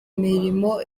mirimo